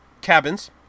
cabins